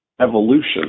evolution